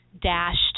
dashed